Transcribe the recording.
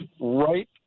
right